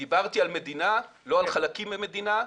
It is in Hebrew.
דיברתי על מדינה ולא על חלקים ממדינה.